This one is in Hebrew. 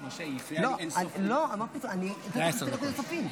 משה, היא הפריעה לי אין-סוף --- מה עשר דקות?